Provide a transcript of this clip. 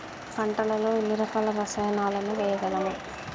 పంటలలో ఎన్ని రకాల రసాయనాలను వేయగలము?